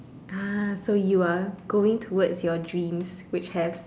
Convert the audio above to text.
uh so you are going towards your dreams which have